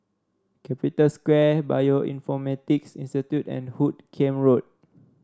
Capital Square Bioinformatics Institute and Hoot Kiam Road